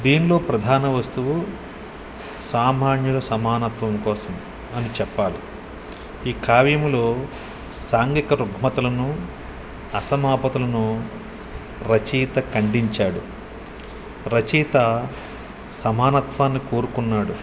దీనిలో ప్రధాన వస్తువు సామాన్యుల సమానత్వం కోసం అని చెప్పాలి ఈ కావ్యములో సాంఘిక రుగ్మతలను అసమానతలను రచయిత ఖండించాడు రచయిత సమానత్వాన్ని కోరుకున్నాడు